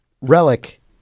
Relic